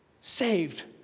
Saved